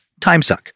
timesuck